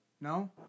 No